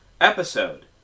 episode